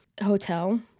hotel